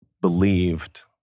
believed